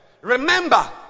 Remember